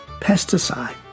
pesticide